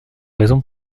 raisons